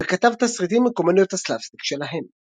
וכתב תסריטים לקומדיות הסלפסטיק שלהם.